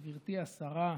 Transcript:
גברתי השרה,